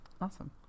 Awesome